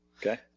Okay